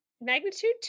magnitude